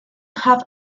have